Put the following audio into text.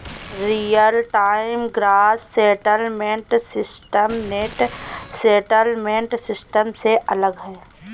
real time gross settlement system net settlement system से अलग है